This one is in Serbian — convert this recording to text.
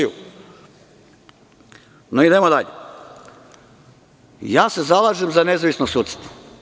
Ja se zalažem za nezavisno sudstvo.